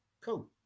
cool